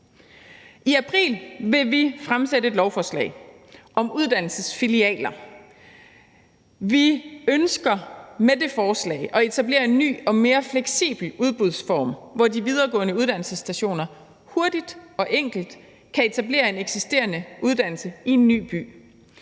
I april vil vi fremsætte et lovforslag om uddannelsesfilialer. Vi ønsker med det forslag at etablere en ny og mere fleksibel udbudsform, hvor de videregående uddannelsesstationer hurtigt og enkelt kan etablere en eksisterende uddannelse i en ny by.